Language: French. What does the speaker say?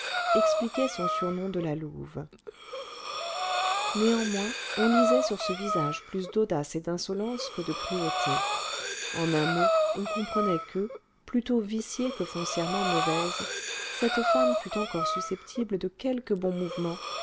expliquait son surnom de la louve néanmoins on lisait sur ce visage plus d'audace et d'insolence que de cruauté en un mot on comprenait que plutôt viciée que foncièrement mauvaise cette femme fût encore susceptible de quelques bons mouvements